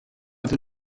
with